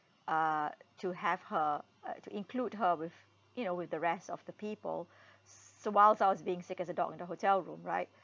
uh to have her uh to include her with you know with the rest of the people s~ so whiles I was being sick as a dog in the hotel room right